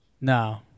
No